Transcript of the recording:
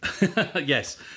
Yes